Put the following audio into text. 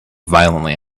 violently